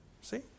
See